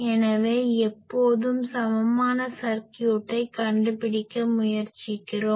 எனவே எப்போதும் சமமான சர்க்யூட்டை கண்டுபிடிக்க முயற்சிக்கிறோம்